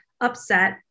upset